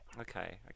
Okay